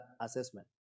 assessment